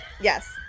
Yes